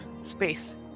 space